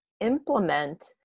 implement